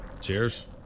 Cheers